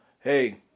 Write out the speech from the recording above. hey